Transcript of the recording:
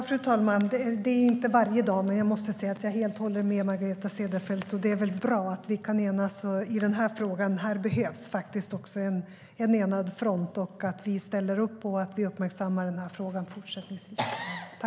Fru talman! Det är inte varje dag jag håller med Margareta Cederfelt, men det gör jag i dag. Det är bra att vi kan enas i denna fråga. Här behövs en enad front och att vi ställer upp på att fortsätta att uppmärksamma denna fråga.